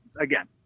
again